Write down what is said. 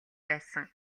байсан